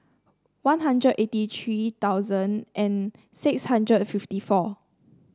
One Hundred eighty three thousand and six hundred and fifty four